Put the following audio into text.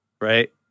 Right